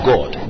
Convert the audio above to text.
God